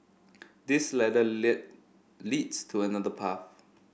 this ladder lead leads to another path